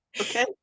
Okay